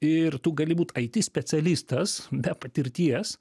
ir tu gali būt it specialistas be patirties